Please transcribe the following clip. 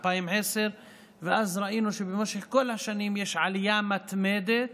2010. אז ראינו שבמשך כל השנים יש עלייה מתמדת,